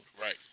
Right